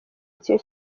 icyo